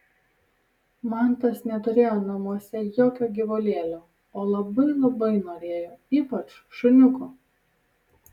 mantas neturėjo namuose jokio gyvulėlio o labai labai norėjo ypač šuniuko